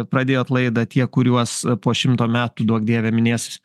pradėjot laidą tie kuriuos po šimto metų duok dieve minės